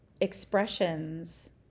expressions